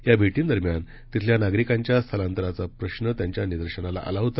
या भेटींदरम्यान तिथल्या नागरिकांच्या स्थलांतराचा प्रश्न त्यांच्या निदर्शनास आला होता